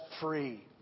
free